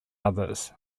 others